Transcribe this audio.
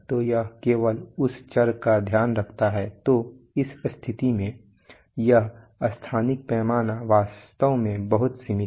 तो यह केवल उस चर का ध्यान रखता है तो इस स्थिति में यह स्थानिक पैमाना वास्तव में बहुत सीमित है